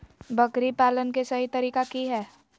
बकरी पालन के सही तरीका की हय?